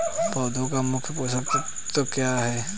पौधे का मुख्य पोषक तत्व क्या हैं?